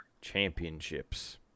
championships